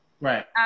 Right